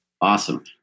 Awesome